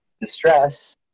distress